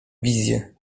wizje